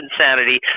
insanity